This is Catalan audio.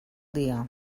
dia